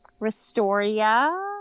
Restoria